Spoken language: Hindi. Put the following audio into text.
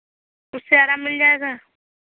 उससे आराम मिल जाएगा